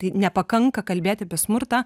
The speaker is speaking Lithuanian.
tai nepakanka kalbėt apie smurtą